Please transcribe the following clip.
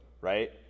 right